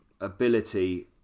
ability